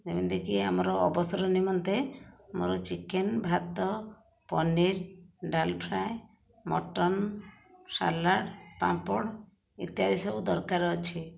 ଯେମିତିକି ଆମର ଅବସର ନିମନ୍ତେ ମୋର ଚିକେନ ଭାତ ପନିର ଡାଲ ଫ୍ରାଏ ମଟନ ସାଲାଡ଼ ପାମ୍ପଡ଼ ଇତ୍ୟାଦି ସବୁ ଦରକାର ଅଛି